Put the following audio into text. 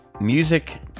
music